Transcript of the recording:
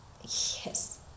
Yes